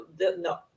no